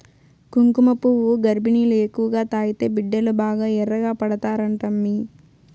కుంకుమపువ్వు గర్భిణీలు ఎక్కువగా తాగితే బిడ్డలు బాగా ఎర్రగా పడతారంటమ్మీ